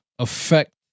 affect